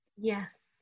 Yes